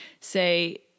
say